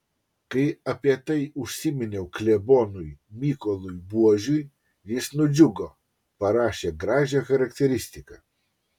kai apie tai užsiminiau klebonui mykolui buožiui jis nudžiugo parašė gražią charakteristiką